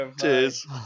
Cheers